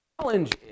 challenge